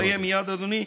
מסיים מייד, אדוני.